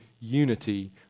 unity